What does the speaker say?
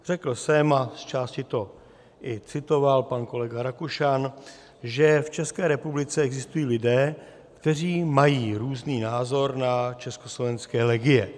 Řekl jsem a zčásti to i citoval pan kolega Rakušan že v České republice existují lidé, kteří mají různý názor na československé legie.